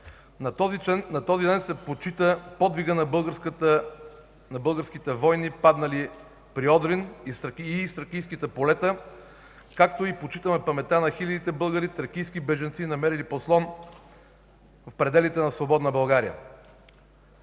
На този ден се почита подвига на българските воини, паднали при Одрин и из тракийските полета, както и почитаме паметта на хилядите българи – тракийски бежанци, намерили подслон в пределите на свободна България.